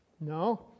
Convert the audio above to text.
No